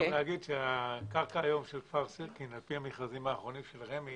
אפשר להגיד שהקרקע היום של כפר סירקין על פי המכרזים האחרונים של רמ"י,